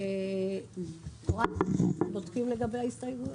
רק בודקים לגבי ההסתייגויות?